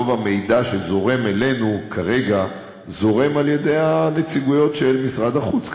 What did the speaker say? רוב המידע שזורם אלינו כרגע זורם על-ידי הנציגויות של משרד החוץ.